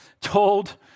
told